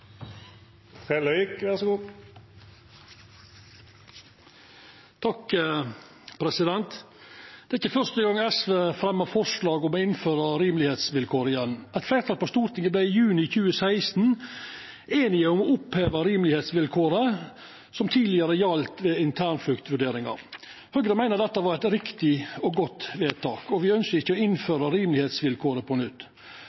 ikkje første gongen SV fremjar forslag om å innføra rimelegheitsvilkåret igjen. Eit fleirtal på Stortinget vart i juni 2016 einige om å oppheva rimelegheitsvilkåret som tidlegare gjaldt ved internfluktvurderinga. Høgre meiner dette var eit riktig og godt vedtak, og me ønskjer ikkje å